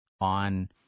on